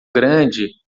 grande